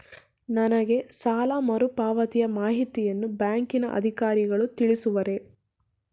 ನನಗೆ ಸಾಲ ಮರುಪಾವತಿಯ ಮಾಹಿತಿಯನ್ನು ಬ್ಯಾಂಕಿನ ಅಧಿಕಾರಿಗಳು ತಿಳಿಸುವರೇ?